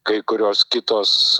kai kurios kitos